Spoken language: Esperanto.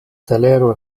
telero